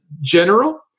general